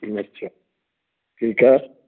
अच्छा ठीक है